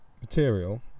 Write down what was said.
material